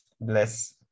bless